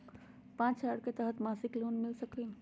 पाँच हजार के तहत मासिक लोन मिल सकील?